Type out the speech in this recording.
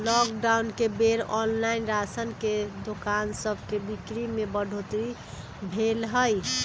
lockdown के बेर online ration के दोकान सभके बिक्री में बढ़ोतरी भेल हइ